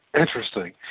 Interesting